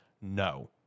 No